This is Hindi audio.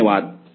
धन्यवाद